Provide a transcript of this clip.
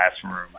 classroom